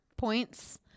points